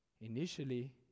initially